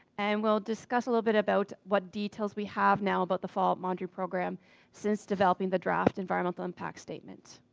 and we'll discuss a little bit about what details we have now about the fault monitoring program since developing the draft environmental impact statement.